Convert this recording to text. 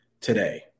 today